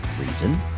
reason